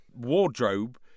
Wardrobe